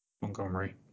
Montgomery